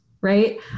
right